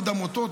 עוד עמותות,